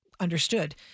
understood